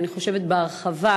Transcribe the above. אני חושבת בהרחבה,